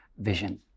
vision